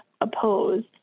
oppose